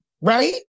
right